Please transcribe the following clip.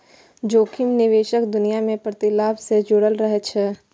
जोखिम निवेशक दुनिया मे प्रतिलाभ सं जुड़ल रहै छै